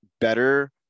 better